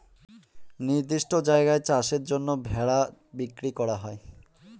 নির্দিষ্ট জায়গায় চাষের জন্য ভেড়া বিক্রি করা হয়